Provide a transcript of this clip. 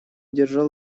держал